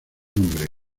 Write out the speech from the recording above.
nombre